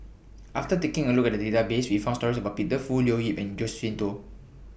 after taking A Look At The Database We found stories about Peter Fu Leo Yip and Josephine Teo